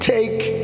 Take